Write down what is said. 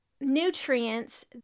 nutrients